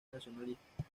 nacionalistas